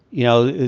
you know,